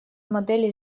модели